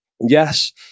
Yes